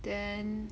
then